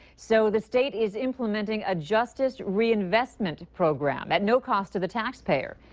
so the state is implementing a justice reinvestment program at no cost to the taxpayer.